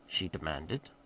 she demanded.